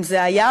זה הים,